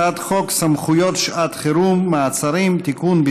הצעת חוק סמכויות שעת חירום (מעצרים) (תיקון,